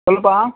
சொல்லுப்பா